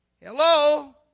Hello